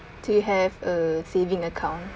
do you have a saving account